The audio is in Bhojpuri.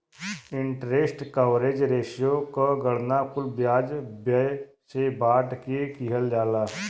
इंटरेस्ट कवरेज रेश्यो क गणना कुल ब्याज व्यय से बांट के किहल जाला